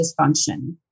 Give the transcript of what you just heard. dysfunction